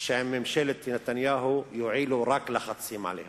שעם ממשלת נתניהו יועילו רק לחצים עליה.